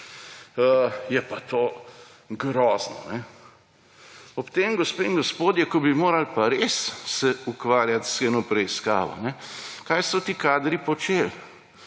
je pa to grozno. Ob tem, gospe in gospodje, ko bi se morali pa res ukvarjati z eno preiskavo, kaj so ti kadri počeli.